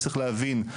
צריך להבין,